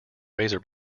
razor